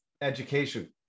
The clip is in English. education